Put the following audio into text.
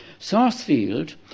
Sarsfield